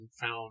found